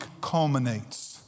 culminates